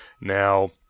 Now